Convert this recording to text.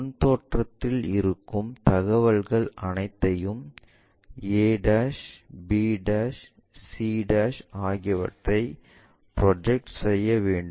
முன் தோற்றத்தில் இருக்கும் தகவல்கள் அனைத்தையும் a b e ஆகியவற்றை ப்ரொஜெக்ட் வேண்டும்